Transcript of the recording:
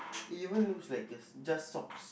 even looks like is just socks